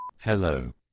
Hello